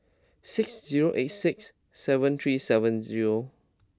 six zero eight six seven three seven zero